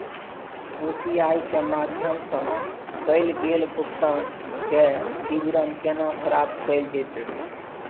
UPI के माध्यम सं कैल गेल भुगतान, के विवरण केना प्राप्त कैल जेतै?